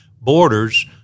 borders